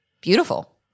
beautiful